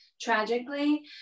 tragically